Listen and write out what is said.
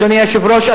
אדוני היושב-ראש,